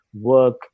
work